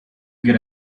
good